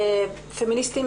פמיניסטיים